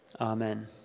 Amen